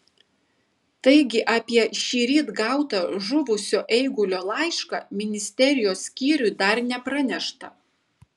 taigi apie šįryt gautą žuvusio eigulio laišką ministerijos skyriui dar nepranešta